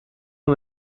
man